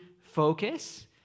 focus